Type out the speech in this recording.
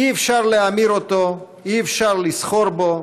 אי-אפשר להמיר אותו, אי-אפשר לסחור בו,